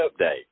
update